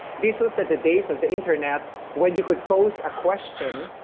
these was at the days of the internet where you could post a question.